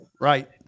right